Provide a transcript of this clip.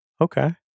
okay